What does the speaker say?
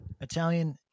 Italian